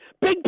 Big